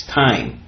time